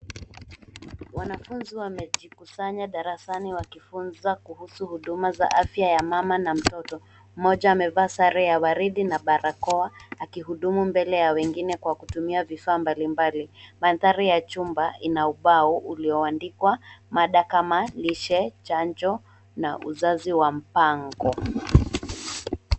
Wanafunzi wamejikusanya darasani wakifunzwa kuhusu huduma za afya ya mama na mtoto. Mmoja amevaa sare ya waridi na barakoa akihudumu mbele ya wengine kwa kutumia vifaa mbalimbali. Mandhari ya chumba ina ubao ulioandikwa mada kama lishe, chanjo na uzazi wa mpango.